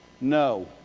No